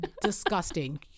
disgusting